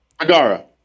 Agara